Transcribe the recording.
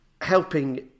helping